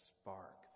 spark